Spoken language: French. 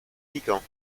piquant